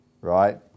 right